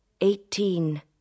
Eighteen